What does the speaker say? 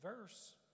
verse